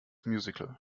musical